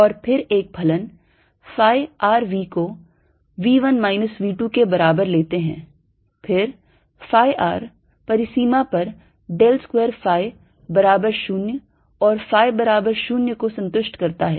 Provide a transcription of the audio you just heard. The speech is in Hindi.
और एक फलन phi r V को V 1 minus V 2 के बराबर लेते हैं फिर phi r परिसीमा पर del square phi बराबर 0 और phi बराबर 0 को संतुष्ट करता है